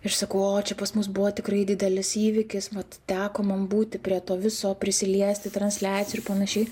aš sakau o čia pas mus buvo tikrai didelis įvykis vat teko man būti prie to viso prisiliesti transliacijų ir panašiai